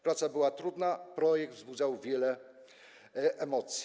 Praca była trudna, projekt wzbudzał wiele emocji.